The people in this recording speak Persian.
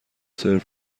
سرو